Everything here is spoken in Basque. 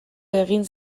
egin